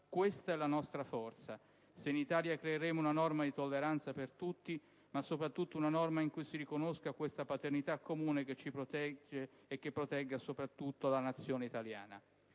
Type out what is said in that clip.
Questa è la nostra forza: se in Italia creeremo una norma di tolleranza per tutti, ma soprattutto una norma in cui si riconosca questa paternità comune che ci protegge e che protegga soprattutto la Nazione italiana».